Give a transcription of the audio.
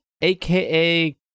aka